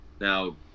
now